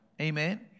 Amen